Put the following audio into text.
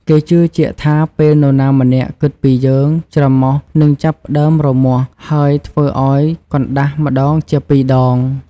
គេជឿជាក់ថា ពេលនរណាម្នាក់គិតពីយើង ច្រមុះនឹងចាប់ផ្ដើមរមាស់ ហើយធ្វើឱ្យកណ្តាស់ម្តងជាពីរដង។